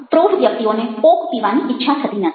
પ્રૌઢ વ્યક્તિઓને કોક પીવાની ઈચ્છા થતી નથી